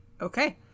Okay